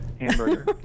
hamburger